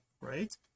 right